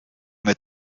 mit